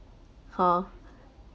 hor